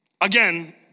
Again